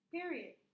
Period